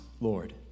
Lord